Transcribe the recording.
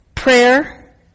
Prayer